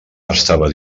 estava